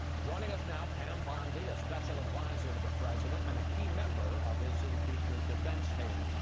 joining us now, pam bondi, a special advisor to the president and a key member of his impeachment defense team.